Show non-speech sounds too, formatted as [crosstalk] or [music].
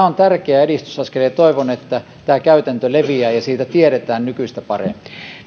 [unintelligible] on tärkeä edistysaskel ja toivon että tämä käytäntö leviää ja siitä tiedetään nykyistä paremmin